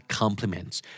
compliments